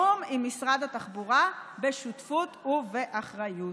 בתיאום עם משרד התחבורה, בשותפות ובאחריות.